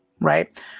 Right